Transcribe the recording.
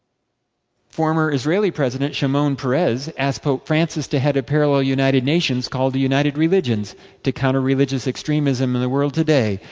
former israeli president shimon peres. asked pope francis to head a parallel united nations called the united religions to counter religious extremism in the world today.